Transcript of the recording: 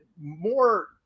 more